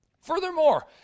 Furthermore